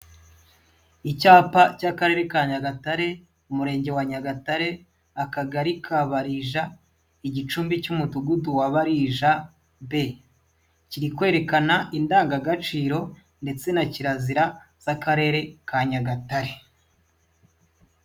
Icyapa cy'Akarere ka Nyagatare, Umurenge wa Nyagatare, Akagari ka baririja, igicumbi cy'Umudugudu wa Barija B, kiri kwerekana indangagaciro ndetse na kirazira z'Akarere ka Nyagatare.